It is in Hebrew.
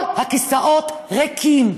כל הכיסאות ריקים,